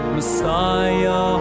Messiah